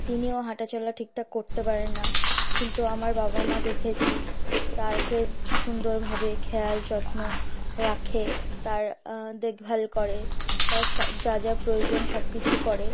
তিনিও হাঁটা চলা ঠিকঠাক করতে পারেন না কিন্তু আমার বাবা মা দেখেছি তাকে সুন্দরভাবে খেয়াল যত্ন রাখে তার দেখভাল করে তার স যা যা প্রয়োজন সব কিছু করে